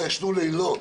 לא ישנו לילות,